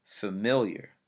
familiar